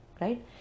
right